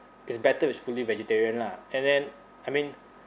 it's better if it's fully vegetarian lah and then I mean